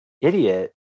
idiot